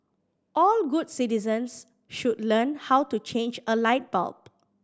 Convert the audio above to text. all good citizens should learn how to change a light bulb